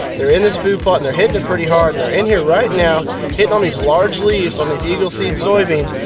they're in this food plot and they're hitting it pretty hard and they're in here right now hitting on these large leaves on these eagle seed soybeans.